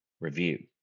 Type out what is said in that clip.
review